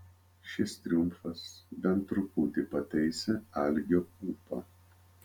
šis triumfas bent truputį pataisė algio ūpą